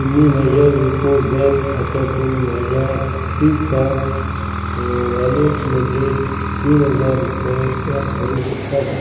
तुम्ही माझ्या UCO bank खात्यातून माझ्या फ्रीचार वॉलेटमध्ये तीन हजार रुपये ॲट करू शकता का